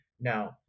Now